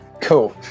Cool